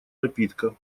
напитка